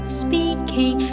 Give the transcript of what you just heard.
speaking